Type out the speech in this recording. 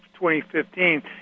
2015